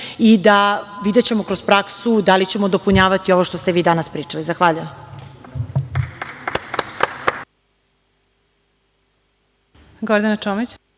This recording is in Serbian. i da, videćemo kroz praksu, da li ćemo dopunjavati ovo što ste vi danas pričali. Zahvaljujem.